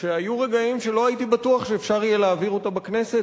שהיו רגעים שלא הייתי בטוח שאפשר יהיה להעביר אותה בכנסת,